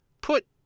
put